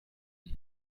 mit